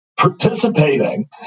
participating